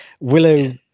Willow